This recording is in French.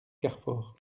carfor